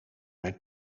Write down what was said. mijn